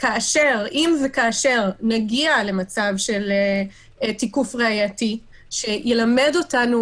אם וכאשר נגיע למצב של תיקוף ראייתי שילמד אותנו